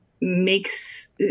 makes